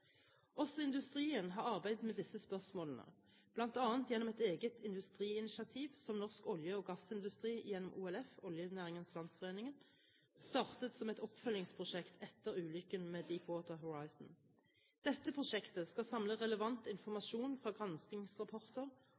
Også industrien har arbeidet med disse spørsmålene, bl.a. gjennom et eget industriinitiativ som norsk olje- og gassindustri gjennom OLF, Oljeindustriens Landsforening, startet som et oppfølgingsprosjekt etter ulykken med «Deepwater Horizon». Dette prosjektet skal samle relevant informasjon fra granskingsrapporter